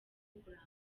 kurambirwa